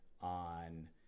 on